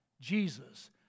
Jesus